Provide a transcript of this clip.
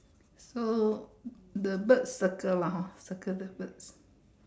so the bird circle lah hor circle this bird